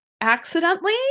accidentally